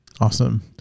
Awesome